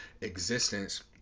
existence